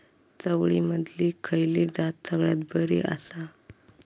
चवळीमधली खयली जात सगळ्यात बरी आसा?